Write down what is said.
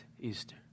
Easter